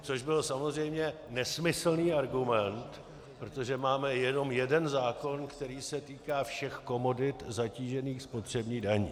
Což byl samozřejmě nesmyslný argument, protože máme jenom jeden zákon, který se týká všech komodit zatížených spotřební daní.